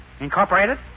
Incorporated